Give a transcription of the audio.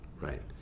Right